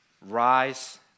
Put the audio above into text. rise